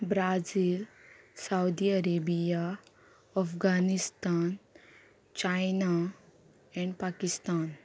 Brazil Saudi Arabia Afghanistan China and Pakistan